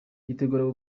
yitegura